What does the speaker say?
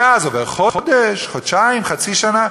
ואז עובר חודש, חודשיים, חצי שנה.